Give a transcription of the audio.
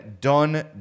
done